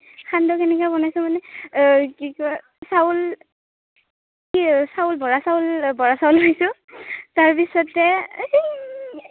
সান্দহ কেনেকৈ বনাইছোঁ মানে কি কয় চাউল চাউল বৰা চাউল বৰা চাউল লৈছোঁ তাৰপিছতে